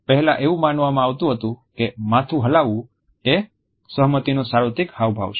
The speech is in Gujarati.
પહેલાં એવું માનવામાં આવતું હતું કે માથું હલાવવું એ સહમતીનો સાર્વત્રિક હાવભાવ છે